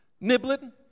Nibbling